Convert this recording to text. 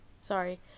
Sorry